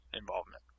involvement